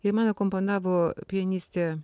ir man akompanavo pianistė